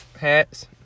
hats